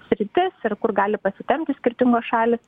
sritį ir kur gali pasitempti skirtingos šalys